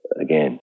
again